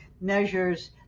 measures